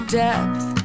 depth